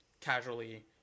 casually